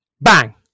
Bang